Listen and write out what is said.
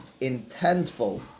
intentful